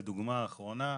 לדוגמה האחרונה,